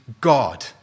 God